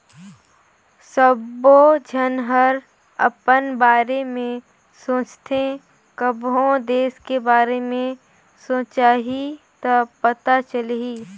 सबो झन हर अपन बारे में सोचथें कभों देस के बारे मे सोंचहि त पता चलही